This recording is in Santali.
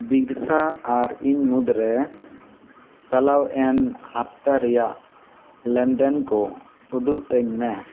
ᱵᱤᱨᱥᱟ ᱟᱨ ᱤᱧ ᱢᱩᱫᱽᱨᱮ ᱪᱟᱞᱟᱣᱮᱱ ᱦᱟᱯᱛᱟ ᱨᱮᱭᱟᱜ ᱞᱮᱱᱫᱮᱱ ᱠᱚ ᱩᱫᱩᱜ ᱟᱹᱧᱢᱮ